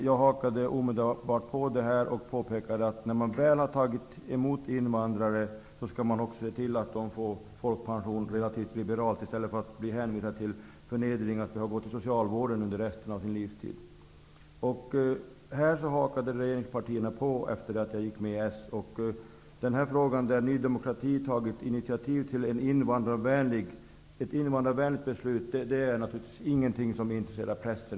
Jag hakade omedelbart på och påpekade att när man väl har tagit emot invandrare skall man också se till att de får folkpension relativt liberalt i stället för att hänvisas till förnedringen av att gå till socialvården under resten av sin livstid. Här hakade regeringspartierna på, efter det att jag gått samman med Socialdemokraterna. Den här frågan, där Ny demokrati har tagit initiativ till ett invandrarvänligt beslut, är naturligtvis ingenting som intresserar pressen.